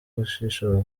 gushishoza